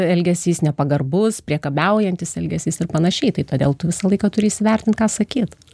elgesys nepagarbus priekabiaujantis elgesys ir panašiai tai todėl tu visą laiką turi įsivertint ką sakyt